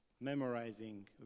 memorizing